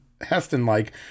Heston-like